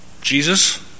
Jesus